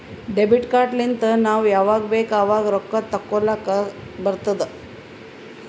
debit card ಲಿಂತ್ ನಾವ್ ಯಾವಾಗ್ ಬೇಕ್ ಆವಾಗ್ ರೊಕ್ಕಾ ತೆಕ್ಕೋಲಾಕ್ ತೇಕೊಲಾಕ್ ಬರ್ತುದ್